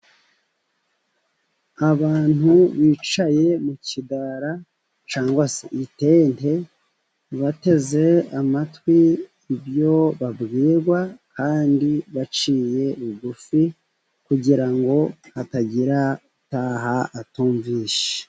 Abantu bicaye mu kidara cyangwa se itente, bateze amatwi ibyo babwirwa , kandi baciye bugufi kugira ngo hatagira utaha atumvishe.